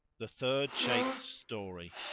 the third shaykh's story